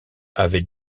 avait